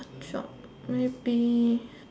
what job maybe